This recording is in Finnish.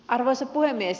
arvoisa puhemies